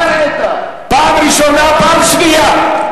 פעם שנייה.